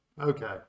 okay